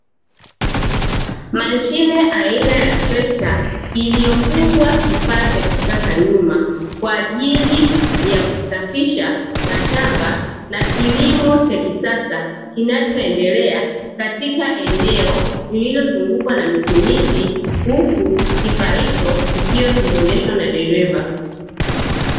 Mashine aina ya trekta iliyofungwa kifaa cha kisasa nyuma kwa ajili ya kusafisha mashamba na kilimo cha kisasa kinachoendelea katika eneo lililozungukwa na miti miti huku kifaa hicho kikiwa kinaendeshwa na dereva.